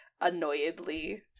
annoyedly